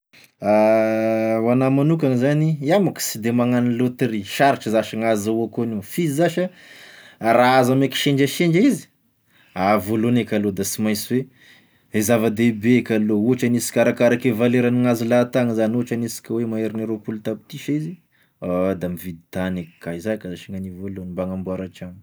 Ho agn'ahy manokana zany, iaho manko sy de magnano loterie, sarotry zash gn'ahazahoako agn'io, f'izy zash raha azo ame kisendrasendra izy a voalohany eka aloha, de sy mainsy hoe e zava-dehibe eky aloha ohatra hoe hanisika arakaraky valeragnin'azy lahatany zany, ohatra hanisika hoe maherin'ny roapolo tapitrisa izy ah da mividy tany eky ka, izay ka asignany voalohany mba hanamboara trano.